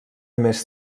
més